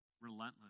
Relentless